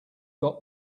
got